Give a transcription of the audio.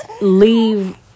Leave